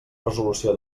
resolució